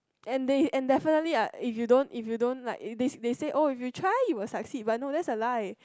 and they and definitely I if you don't if you don't like they they said oh if you try you will succeed but no that's a lie